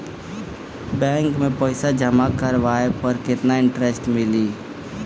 Bank में पईसा जमा करवाये पर केतना इन्टरेस्ट मिली?